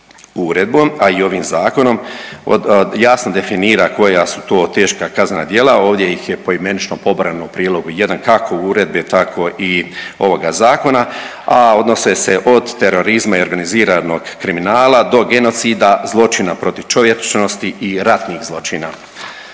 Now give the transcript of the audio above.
Uredbom, a i ovim Zakonom jasno definira koja su to teška kaznena djela, ovdje ih je poimenično pobrojano u prilogu 1, kako Uredbe, tako i ovoga Zakona, a odnose se od terorizma i organiziranog kriminala, do genocida, zločina protiv čovječnosti i ratnih zločina.